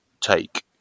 take